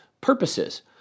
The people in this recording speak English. purposes